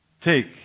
Take